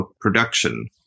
production